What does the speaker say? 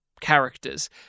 Characters